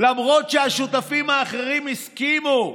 למרות שהשותפים האחרים הסכימו.